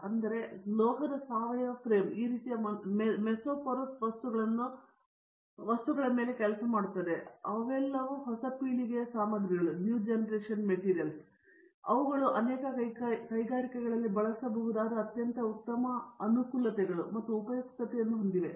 ಆದ್ದರಿಂದ ಲೋಹದ ಸಾವಯವ ಫ್ರೇಮ್ ಈ ರೀತಿಯ ಮೆಸೊಪೊರಸ್ ವಸ್ತುಗಳನ್ನು ಕೆಲಸ ಮಾಡುತ್ತದೆ ಅವೆಲ್ಲವೂ ಹೊಸ ಪೀಳಿಗೆಯ ಸಾಮಗ್ರಿಗಳು ಅವುಗಳು ಅನೇಕ ಕೈಗಾರಿಕೆಗಳಲ್ಲಿ ಬಳಸಬಹುದಾದ ಅತ್ಯಂತ ಉತ್ತಮ ಅನುಕೂಲತೆಗಳು ಮತ್ತು ಉಪಯುಕ್ತತೆಯನ್ನು ಹೊಂದಿವೆ